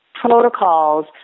protocols